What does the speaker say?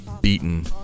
beaten